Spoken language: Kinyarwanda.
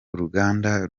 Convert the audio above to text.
uruganda